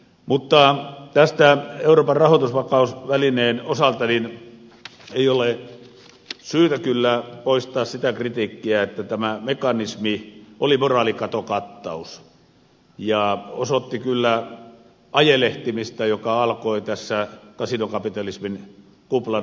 mutta euroopan rahoitusvakausvälineen osalta ei ole syytä kyllä poistaa sitä kritiikkiä että tämä mekanismi oli moraalikatokattaus ja osoitti kyllä ajelehtimista joka alkoi tässä kasinokapitalismin kuplan hallinnassa